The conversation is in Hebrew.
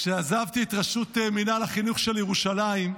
כשעזבתי את ראשות מינהל החינוך של ירושלים,